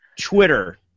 Twitter